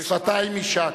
שפתיים יישק.